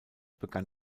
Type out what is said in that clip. begann